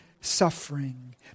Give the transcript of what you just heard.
suffering